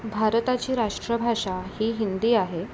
भारताची राष्ट्रभाषा ही हिंदी आहे